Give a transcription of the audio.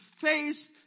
face